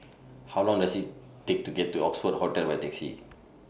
How Long Does IT Take to get to Oxford Hotel By Taxi